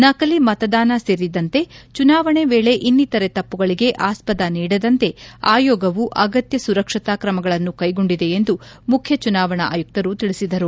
ನಕಲಿ ಮತದಾನ ಸೇರಿದಂತೆ ಚುನಾವಣೆ ವೇಳೆ ಇನ್ನಿತರೆ ತಮ್ನಗಳಿಗೆ ಆಸ್ವದ ನೀಡದಂತೆ ಆಯೋಗವು ಅಗತ್ತ ಸುರಕ್ಷತಾ ಕ್ರಮಗಳನ್ನು ಕೈಗೊಂಡಿದೆ ಎಂದು ಮುಖ್ಯ ಚುನಾವಣಾ ಆಯುಕ್ತರು ತಿಳಿಸಿದರು